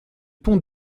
pont